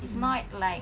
mm